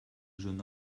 jeune